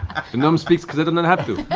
the gnome speaks because i do not have to.